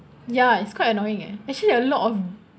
ya it's quite annoying eh actually a lot of